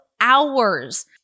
hours